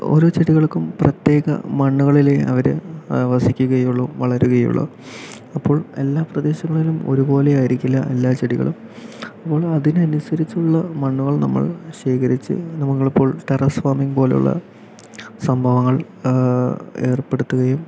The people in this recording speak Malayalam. ഓരോ ചെടികൾക്കും പ്രത്യേക മണ്ണുകളിൽ അവര് വസിക്കുകയുള്ളൂ വളരുകയുള്ളൂ അപ്പോൾ എല്ലാ പ്രദേശങ്ങളിലും ഒരുപോലെ ആയിരിക്കില്ല എല്ലാ ചെടികളും അപ്പോ അതിന് അനുസരിച്ചുള്ള മണ്ണുകൾ നമ്മൾ ശേഖരിച്ച് നമ്മൾ ഇപ്പോ ടെറസ് ഫാമിംഗ് പോലുള്ള സംഭവങ്ങൾ ഏർപ്പെടുത്തുകയും